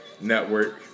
Network